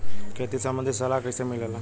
खेती संबंधित सलाह कैसे मिलेला?